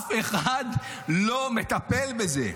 אף אחד לא מטפל בזה,